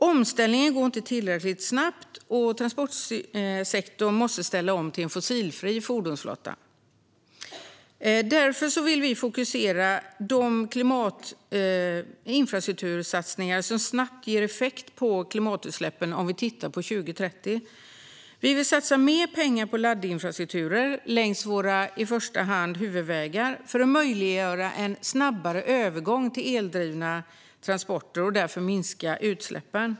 Omställningen går inte tillräckligt snabbt, och transportsektorn måste ställa om till en fossilfri fordonsflotta. Därför vill Liberalerna fokusera på de infrastruktursatsningar som snabbt ger effekt på klimatutsläppen om vi tittar på 2030. Vi vill satsa mer pengar på laddinfrastruktur, i första hand längs våra huvudvägar, för att möjliggöra en snabbare övergång till eldrivna transporter och därigenom minska utsläppen.